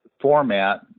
format